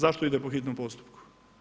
Zašto ide po hitnom postupku?